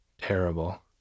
terrible